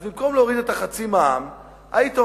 אז במקום להוריד את ה-0.5% במע"מ,